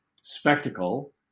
spectacle